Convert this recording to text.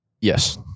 Yes